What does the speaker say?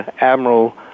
Admiral